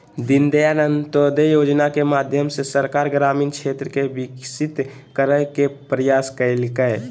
दीनदयाल अंत्योदय योजना के माध्यम से सरकार ग्रामीण क्षेत्र के विकसित करय के प्रयास कइलके